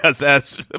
Yes